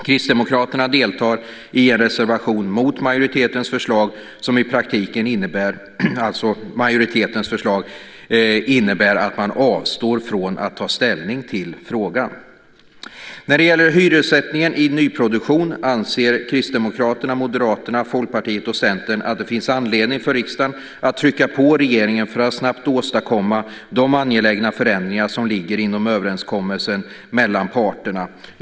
Kristdemokraterna deltar i en reservation mot majoritetens förslag som i praktiken innebär att man avstår från att ta ställning i frågan. När det gäller hyressättningen i nyproduktion anser Kristdemokraterna, Moderaterna, Folkpartiet och Centern att det finns anledning för riksdagen att trycka på regeringen för att snabbt åstadkomma de angelägna förändringar som ligger inom överenskommelsen mellan parterna.